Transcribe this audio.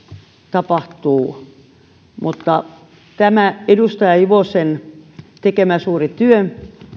tapahtuu pitää kyllä huomioida tämä edustaja juvosen tekemä suuri työ